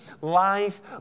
life